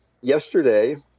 Yesterday